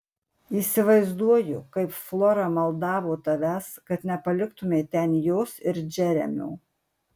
įsivaizduoju kaip flora maldavo tavęs kad nepaliktumei ten jos ir džeremio